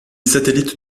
satellite